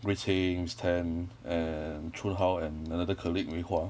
rui qing stan and chun hao and another colleague wei hua